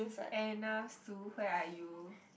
Anna Sue where are you